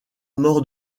mort